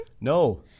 No